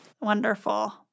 wonderful